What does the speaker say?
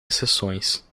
exceções